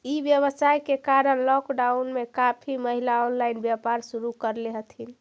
ई व्यवसाय के कारण लॉकडाउन में काफी महिला ऑनलाइन व्यापार शुरू करले हथिन